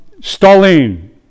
Stalin